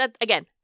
Again